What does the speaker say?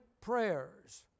prayers